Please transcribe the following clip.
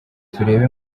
turebe